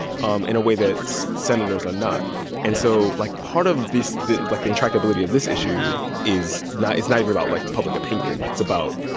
um in a way that senators are not yeah and so, like, part of this the like the intractability of this issue is not it's not even about, like, public opinion. it's about.